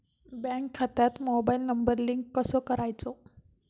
Bank खात्यात mobile number link कसो करायचो?